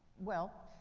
well,